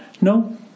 No